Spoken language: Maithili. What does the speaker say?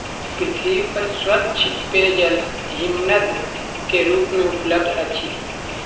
पृथ्वी पर स्वच्छ पेयजल हिमनद के रूप में उपलब्ध अछि